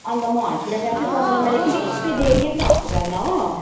अन्त म हस्पिटल गएको थिएँ तपाईँलाई मैले पिलिक्कै देखेको थिएँ त हस्पिटलमा हो